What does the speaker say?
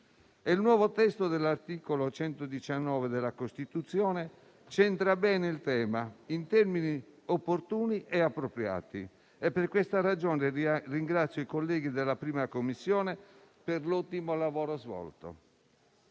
Il nuovo testo dell'articolo 119 della Costituzione centra bene il tema in termini opportuni e appropriati e per questa ragione ringrazio i colleghi della 1a Commissione per l'ottimo lavoro svolto.